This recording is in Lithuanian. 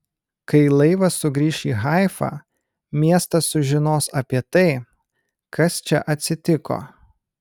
kai laivas sugrįš į haifą miestas sužinos apie tai kas čia atsitiko